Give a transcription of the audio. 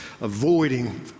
avoiding